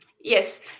Yes